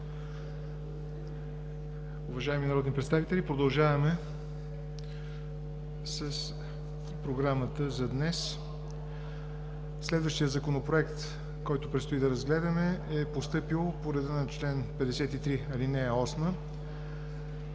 Уважаеми народни представители, продължаваме с програмата за днес. Следващият Законопроект, който предстои да разгледаме, е постъпил по реда на чл. 53, ал. 8 от